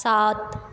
सात